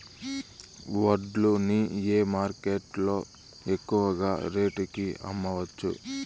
వడ్లు ని ఏ మార్కెట్ లో ఎక్కువగా రేటు కి అమ్మవచ్చు?